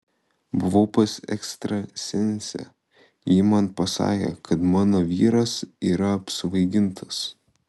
buvau pas ekstrasensę ji man pasakė kad mano vyras yra apsvaigintas